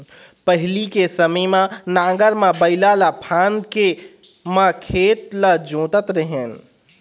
पहिली के समे म नांगर म बइला ल फांद के म खेत ल जोतत रेहेन